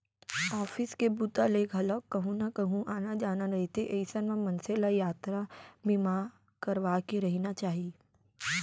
office के बूता ले घलोक कहूँ न कहूँ आना जाना रहिथे अइसन म मनसे ल यातरा बीमा करवाके रहिना चाही